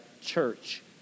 church